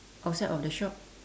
outside of the shop